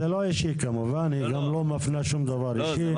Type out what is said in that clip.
זה לא אישי כמובן, היא גם לא מפנה שום דבר אישי.